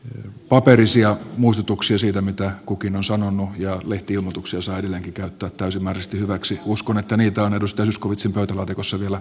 paperisia muistutuksia siitä mitä kukin on sanonut ja lehti ilmoituksia saa edelleenkin käyttää täysimääräisesti hyväksi uskon että niitä on edustaja zyskowiczin pöytälaatikossa vielä paljon jäljellä